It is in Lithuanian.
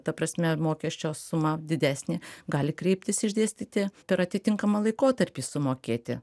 ta prasme mokesčio suma didesnė gali kreiptis išdėstyti per atitinkamą laikotarpį sumokėti